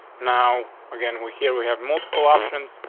now again, we here we have multiple options.